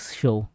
show